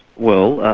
well, ah